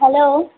hello